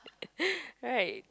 right